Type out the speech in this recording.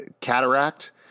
cataract